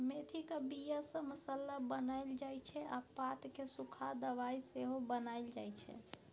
मेथीक बीया सँ मसल्ला बनाएल जाइ छै आ पात केँ सुखा दबाइ सेहो बनाएल जाइ छै